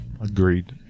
Agreed